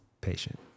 patient